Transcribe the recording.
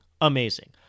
Amazing